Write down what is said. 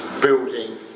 building